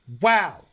Wow